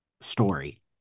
story